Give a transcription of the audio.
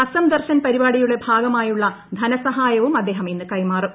അസം ദർശൻ പരിപാടിയുടെ ഭാഗമായുള്ള ധനസഹായവും അദ്ദേഹം ഇന്ന് കൈമാറും